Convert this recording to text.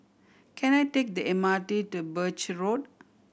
can I take the M R T to Birch Road